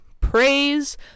praise